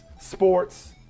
sports